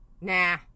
nah